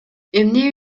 эмне